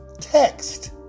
text